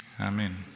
Amen